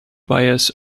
bias